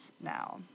now